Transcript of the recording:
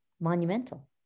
monumental